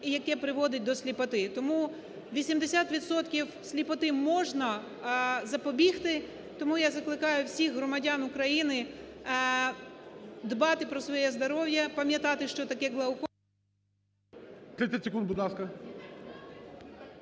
і, яке приводить до сліпоти. Тому 80 відсотків сліпоти можна запобігти. Тому я закликаю всіх громадян України дбати про своє здоров'я, пам'ятати, що таке глаукома…